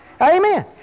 Amen